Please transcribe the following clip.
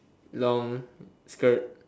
long skirt